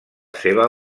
seva